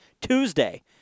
Tuesday